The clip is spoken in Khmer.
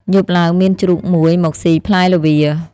យប់ឡើង មានជ្រូកមួយមកស៊ីផ្លែល្វា។